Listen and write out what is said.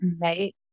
right